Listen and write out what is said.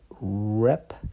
Rep